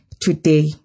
today